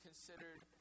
considered